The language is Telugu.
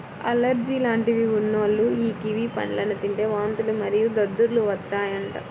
అలెర్జీ లాంటివి ఉన్నోల్లు యీ కివి పండ్లను తింటే వాంతులు మరియు దద్దుర్లు వత్తాయంట